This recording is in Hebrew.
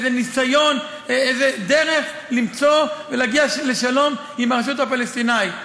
ניסיון או דרך להגיע לשלום עם הרשות הפלסטינית.